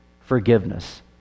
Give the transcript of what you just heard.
forgiveness